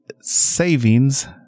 savings